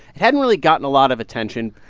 it hadn't really gotten a lot of attention.